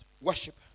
worship